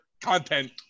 content